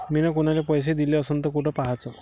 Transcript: मिन कुनाले पैसे दिले असन तर कुठ पाहाचं?